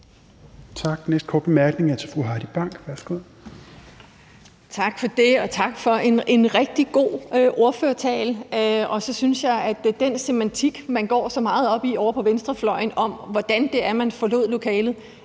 Tak. Den næste korte bemærkning er fra fru Heidi Bank. Værsgo. Kl. 11:59 Heidi Bank (V): Tak for det, og tak for en rigtig god ordførertale. Jeg synes, at den semantik, man går så meget op i ovre på venstrefløjen, i forhold til hvordan det var, man forlod lokalet,